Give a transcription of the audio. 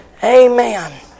Amen